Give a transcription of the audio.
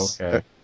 Okay